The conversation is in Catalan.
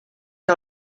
què